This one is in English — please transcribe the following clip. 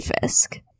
Fisk